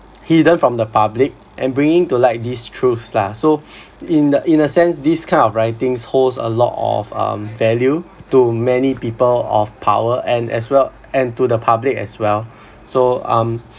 hidden from the public and bringing to light these truths lah so in the in a sense this kind of writings holds a lot of um value to many people of power and as well and to the public as well so um